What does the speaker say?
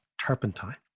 turpentine